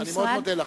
אני מאוד מודה לך.